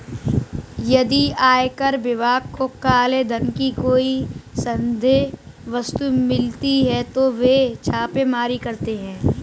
यदि आयकर विभाग को काले धन की कोई संदिग्ध वस्तु मिलती है तो वे छापेमारी करते हैं